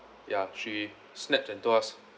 ya she snapped and told us